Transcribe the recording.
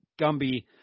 gumby